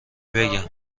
بگم